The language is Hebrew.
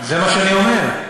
זה מה שאני אומר.